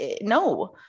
No